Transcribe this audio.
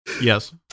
Yes